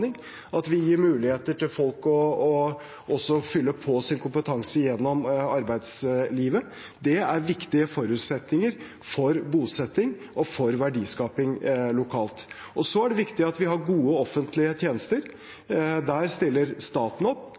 at vi gir muligheter for folk til også å fylle på sin kompetanse gjennom arbeidslivet. Det er viktige forutsetninger for bosetting og for verdiskaping lokalt. Så er det viktig at vi har gode offentlige tjenester. Der stiller staten opp,